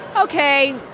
okay